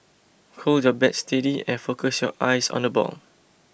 hold your bat steady and focus your eyes on the ball